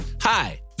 Hi